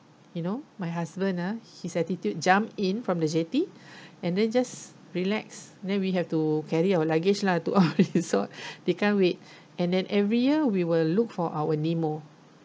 you know my husband lah his attitude jump in from the jetty and then just relax then we have to carry our luggage lah to our resort they can't wait and then every year we will look for our nemo